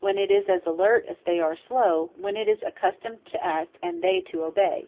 when it is as alert as they are slow when it is accustomed to act, and they to obey.